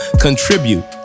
contribute